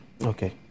Okay